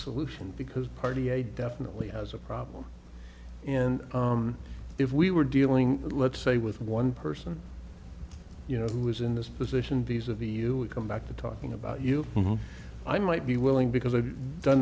solution because party a definitely has a problem and if we were dealing let's say with one person you know who is in this position these are the you would come back to talking about you know i might be willing because i've done